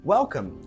Welcome